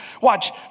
watch